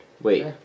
Wait